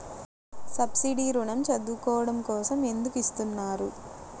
Subsidy ఋణం చదువుకోవడం కోసం ఎందుకు ఇస్తున్నారు?